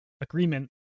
agreement